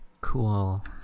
Cool